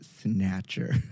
snatcher